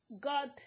God